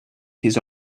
his